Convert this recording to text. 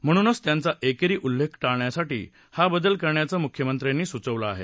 म्हणूनच त्यांचा एकेरी उल्लेख टाळण्यासाठी हा बदल करण्याचे मुख्यमंत्र्यांनी सुचवलं आहे